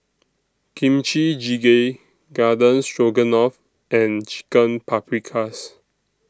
Kimchi Jjigae Garden Stroganoff and Chicken Paprikas